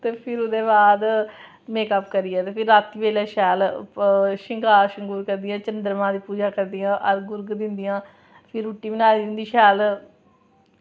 ते फिर ओह्दे बाद मेकअप करियै ते फिर रातीं बेल्लै शैल शंगार करदियां चंद्रमां दिक्खदियां पूजा करदियां अर्घ दिंदियां फिर रुट्टी बनाई दी होंदी शैल